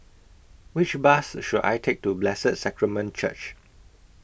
Which Bus should I Take to Blessed Sacrament Church